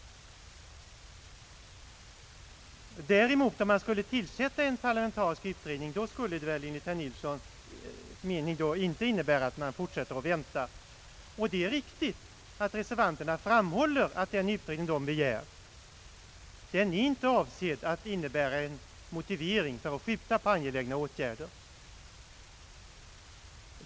Däremot, om man skulle tillsätta en parlamentarisk utredning skulle det väl enligt herr Nilssons mening inte innebära att man fortsätter att vänta. Det är riktigt att reservanterna framhåller att den utredning de begär inte är avsedd att innebära en motivering för att skjuta på angelägna åtgärder.